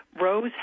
Rose